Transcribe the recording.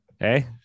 Hey